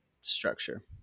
structure